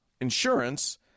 insurance